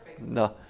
no